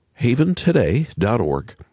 haventoday.org